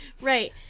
Right